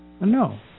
No